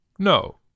No